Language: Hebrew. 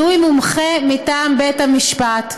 90) (מינוי מומחה מטעם בית המשפט),